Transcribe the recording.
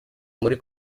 muri